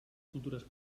cultures